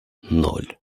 ноль